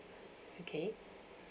okay